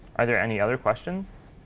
are there any other questions?